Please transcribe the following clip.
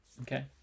Okay